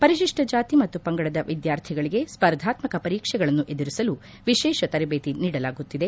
ಪರಿಶಿಷ್ಟ ಜಾತಿ ಮತ್ತು ಪಂಗಡದ ವಿದ್ಯಾರ್ಥಿಗಳಿಗೆ ಸ್ಪರ್ಧಾತ್ಮಕ ಪರೀಕ್ಷೆಗಳನ್ನು ಎದುರಿಸಲು ವಿಶೇಷ ತರಬೇತಿ ನೀಡಲಾಗುತ್ತಿದೆ